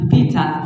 Peter